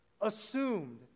assumed